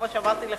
כמו שאמרתי לך,